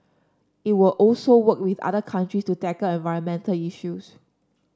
it will also work with other country to tackle environmental issues